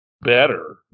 better